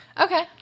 Okay